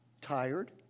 tired